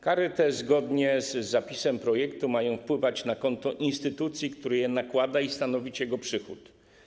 Kary te zgodnie z zapisem projektu mają wpływać na konto instytucji, która je nakłada, i stanowić jej przychód.